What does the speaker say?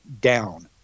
down